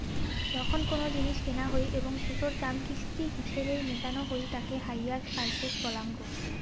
যখন কোনো জিনিস কেনা হই এবং সেটোর দাম কিস্তি হিছেবে মেটানো হই তাকে হাইয়ার পারচেস বলাঙ্গ